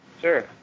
Sure